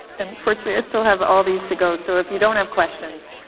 unfortunately, i still have all these to go, so if you don't have questions,